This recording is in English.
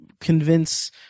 convince